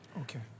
Okay